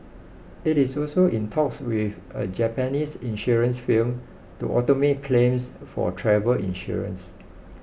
it is also in talks with a Japanese insurance firm to automate claims for travel insurance